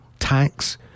Tax